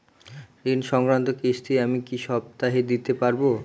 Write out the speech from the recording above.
ঋণ সংক্রান্ত কিস্তি আমি কি সপ্তাহে দিতে পারবো?